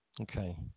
Okay